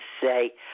say